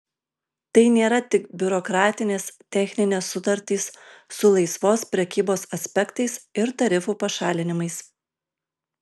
tai nėra tik biurokratinės techninės sutartys su laisvos prekybos aspektais ir tarifų pašalinimais